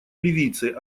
ливийцы